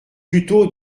plutôt